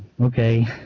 okay